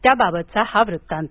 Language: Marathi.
त्याबाबतचा हा वृत्तांत